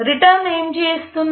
return ఏమి చేస్తుంది